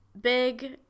big